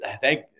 thank